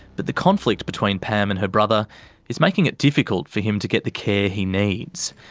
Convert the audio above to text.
but the conflict between pam and her brother is making it difficult for him to get the care he needs.